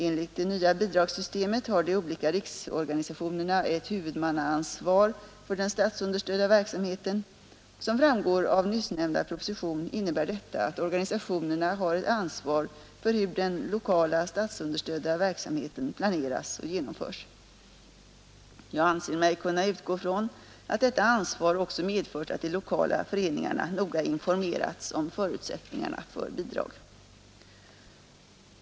Enligt det nya bidragssystemet har de olika riksorganisationerna' ett huvudmannaansvar för den statsunderstödda verksamheten. Som framgår av nyssnämnda proposition innebär detta att organisationerna har ett ansvar för hur den lokala, statsunderstödda verksamheten planeras och genomförs. Jag anser mig kunna utgå från att detta ansvar också medfört att de lokala föreningarna noga informerats om förutsättningarna för bidrag.